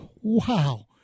wow